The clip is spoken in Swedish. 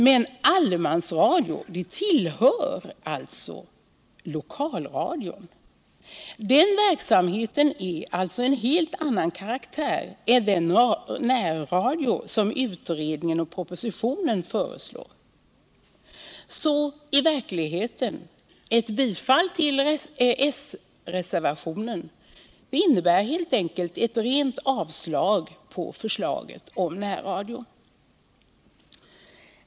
Men ”allemansradion” tillhör lokalradion, och den verksamheten är alltså av en helt annan karaktär än den närradio som utredningen och propositionen föreslår. Så i verkligheten innebär ett bifall till s-reservationen helt enkelt rent avslag på förslaget om närradio.